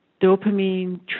dopamine